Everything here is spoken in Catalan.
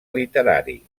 literari